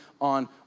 on